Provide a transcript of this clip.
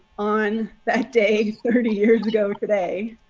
on that day. thirty years ago today.